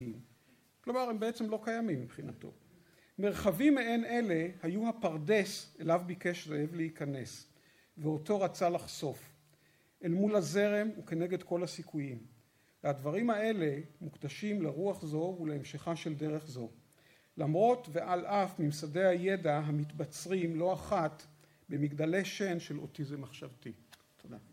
כלומר, הם בעצם לא קיימים מבחינתו. מרחבים מעין אלה היו הפרדס אליו ביקש זאב להיכנס ואותו רצה לחשוף. אל מול הזרם וכנגד כל הסיכויים. הדברים האלה מוקדשים לרוח זו ולהמשכה של דרך זו. למרות ועל אף ממסדי הידע המתבצרים לא אחת במגדלי שן של אוטיזם מחשבתי.